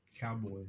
Cowboys